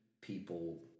people